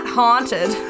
haunted